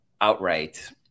outright